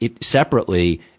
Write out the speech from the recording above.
separately